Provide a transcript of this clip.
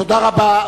תודה רבה.